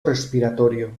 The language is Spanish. respiratorio